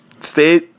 stay